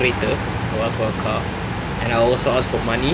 kereta I will ask for a car and I also ask for money